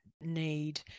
need